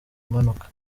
mpanuka